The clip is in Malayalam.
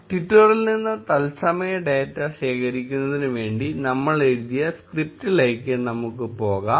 ട്വിറ്ററിൽ നിന്ന് തത്സമയ ഡാറ്റ ശേഖരിക്കുന്നതിനുവേണ്ടി നമ്മൾ എഴുതിയ സ്ക്രിപ്റ്റിലേക്ക് നമുക്ക് പോകാം